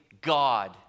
God